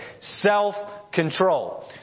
self-control